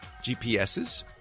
GPSs